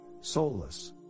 Soulless